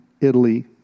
Italy